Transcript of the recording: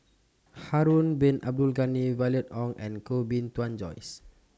Harun Bin Abdul Ghani Violet Oon and Koh Bee Tuan Joyce